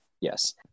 yes